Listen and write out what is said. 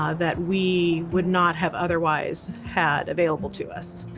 ah that we would not have otherwise had available to us.